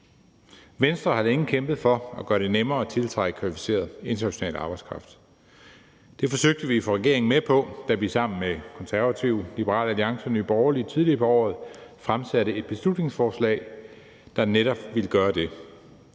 Venstre har længe kæmpet for at gøre det nemmere at tiltrække kvalificeret international arbejdskraft. Det forsøgte vi at få regeringen med på, da vi sammen med Konservative, Liberal Alliance og Nye Borgerlige tidligere på året fremsatte et beslutningsforslag, der netop ville gøre det.